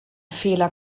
fehler